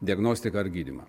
diagnostiką ar gydymą